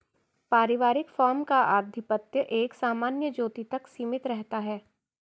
पारिवारिक फार्म का आधिपत्य एक सामान्य ज्योति तक सीमित रहता है